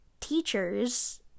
teachers